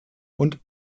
und